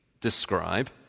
describe